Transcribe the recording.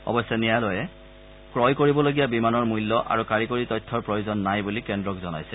অৱশ্যে ন্যায়ালয়ে ক্ৰয় কৰিবলগীয়া বিমানৰ মূল্য আৰু কাৰিকৰী তথ্যৰ প্ৰয়োজন নাই বুলি কেন্দ্ৰক জনাইছে